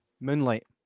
Moonlight